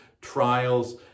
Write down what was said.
trials